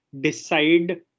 decide